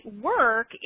work